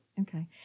Okay